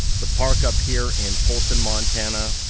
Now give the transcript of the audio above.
the park up here in polson, montana,